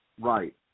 Right